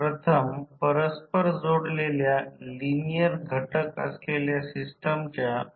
परंतु प्रयोगशाळेत short circuit चाचणी उच्च व्होल्टेज च्या बाजूला केली गेली